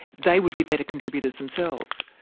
they would be better contributors themselves'.